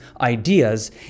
ideas